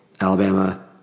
Alabama